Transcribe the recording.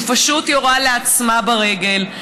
ופשוט יורה לעצמה ברגל.